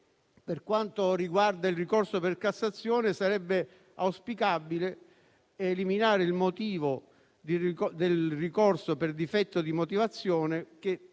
per quanto riguarda il ricorso in Cassazione, sarebbe auspicabile eliminare il motivo del ricorso per difetto di motivazione, che